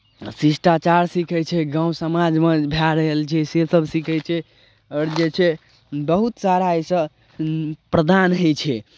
शिष्टाचार सीखै छै गाँव समाजमे भए रहल छै से सभ सीखै छै आओर जे छै बहुत सारा एहिसँ प्रदान होइ छै